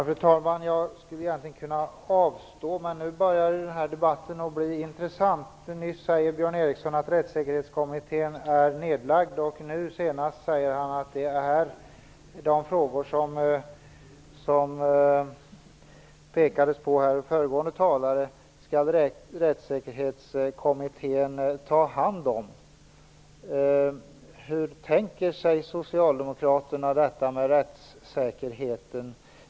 Fru talman! Jag skulle egentligen kunna avstå, men nu börjar den här debatten bli intressant. Björn Ericson sade först att Rättssäkerhetskommittén är nedlagd, men nu senast sade han att Rättssäkerhetskommittén skall ta hand om de frågor som föregående talare pekade på. Hur tänker socialdemokraterna i frågan om rättssäkerheten?